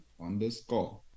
underscore